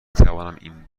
توانم